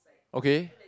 okay